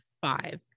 five